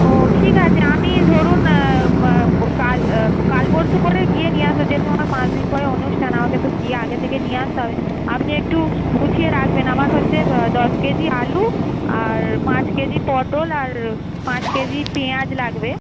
ও ঠিক আছে আমি ধরুন ও কাল কাল পরশু করে গিয়ে নিয়ে আসবো যেহেতু আমার পাঁচ দিন পরে অনুষ্ঠান আমাকে তো গিয়ে আগে থেকে নিয়ে আসতে হবে আপনি একটু গুছিয়ে রাখবেন আমার হচ্ছে দশ কেজি আলু আর পাঁচ কেজি পটল আর পাঁচ কেজি পেঁয়াজ লাগবে